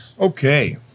Okay